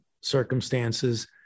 circumstances